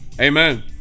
amen